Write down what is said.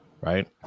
right